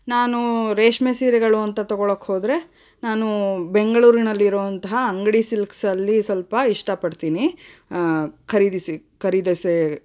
ನಾನು ರೇಷ್ಮೆ ಸೀರೆಗಳು ಅಂತ ತಗೋಳ್ಳೋಕೆ ಹೋದರೆ ನಾನು ಬೆಂಗಳೂರಿನಲ್ಲಿರುವಂತಹ ಅಂಗಡಿ ಸಿಲ್ಕ್ಸಲ್ಲಿ ಸ್ವಲ್ಪ ಇಷ್ಟಪಡ್ತೀನಿ ಖರೀದಿಸಿ ಖರೀದಿಸಿ